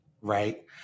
right